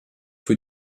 für